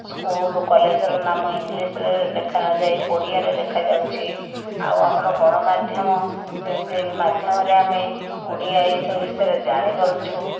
school କଲେଜର ନାମ ଇଂଲିଶରେ ଲେଖା ନଯାଇ ଓଡ଼ିଆରେ ଲେଖା ଯାଉଛି ଆଉ ଆମର ଗଣମାଧ୍ୟମ ଯେମିତି ମାଧ୍ୟମରେ ଆମେ ଓଡ଼ିଆ ଏଇ ସବୁ ବିଷୟରେ ଜାଣିପାରୁଛୁ